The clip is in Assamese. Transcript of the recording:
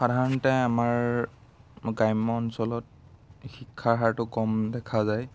সাধাৰণতে আমাৰ গ্ৰাম্য অঞ্চলত শিক্ষাৰ হাৰটো কম দেখা যায়